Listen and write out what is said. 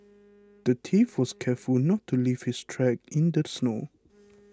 the thief was careful to not leave his tracks in the snow